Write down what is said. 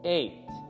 eight